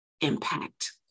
impact